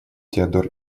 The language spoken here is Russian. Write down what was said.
теодор